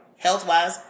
Health-wise